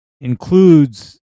includes